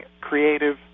creative